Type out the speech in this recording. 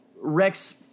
Rex